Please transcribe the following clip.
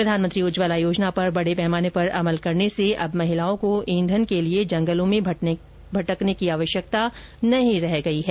प्रधानमंत्री उज्ज्वला योजना पर बड़े पैमाने पर अमल करने से अब महिलाओं को ईंधन के जंगलों में भटकने की आवश्यकता नहीं रह गई है